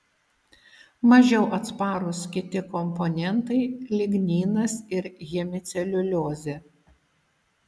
mažiau atsparūs kiti komponentai ligninas ir hemiceliuliozė